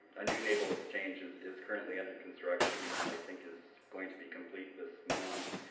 a new naval exchange is is currently under construction, and that i think is going to be complete this month,